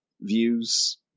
views